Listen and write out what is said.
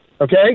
Okay